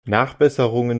nachbesserungen